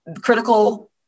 critical